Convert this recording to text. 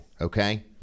Okay